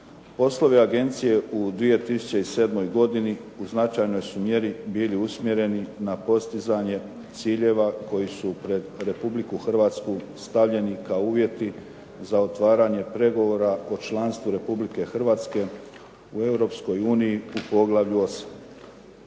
Poslove agencije u 2007. godini u značajnoj su mjeri bili usmjereni na postizanje ciljeva koji su pred Republiku Hrvatsku stavljeni kao uvjeti za otvaranje pregovora o članstvu Republike Hrvatske u Europskoj